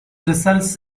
results